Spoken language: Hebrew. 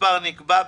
המספר נקבע,